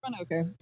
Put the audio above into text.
Okay